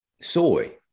soy